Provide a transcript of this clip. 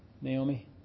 Naomi